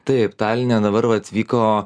taip taline dabar vat vyko